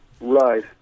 Right